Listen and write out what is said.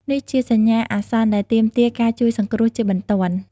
នេះជាសញ្ញាអាសន្នដែលទាមទារ ការជួយសង្គ្រោះជាបន្ទាន់។